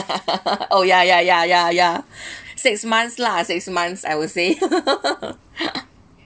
oh ya ya ya ya ya six months lah six months I would say